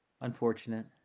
unfortunate